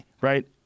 right